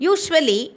Usually